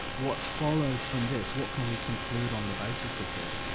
what follows from this? what can we conclude on the basis of this?